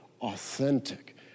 authentic